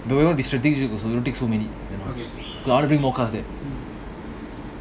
do you wanna be strategic also don't take so many you know cause I wanna bring more cars there